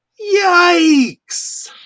Yikes